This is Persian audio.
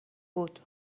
بود